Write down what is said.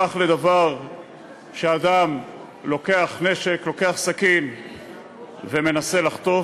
הפך לדבר שאדם לוקח נשק, לוקח סכין ומנסה לחטוף,